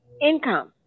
income